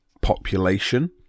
population